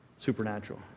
supernatural